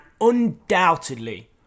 undoubtedly